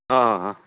अँह